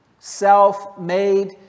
self-made